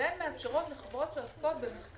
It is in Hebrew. ומאפשרות לחברות שעוסקות במו"פ